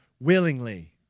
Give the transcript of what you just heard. willingly